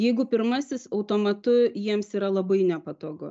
jeigu pirmasis automatu jiems yra labai nepatogu